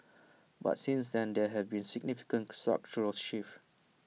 but since then there have been significant structural shifts